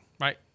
right